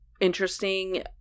interesting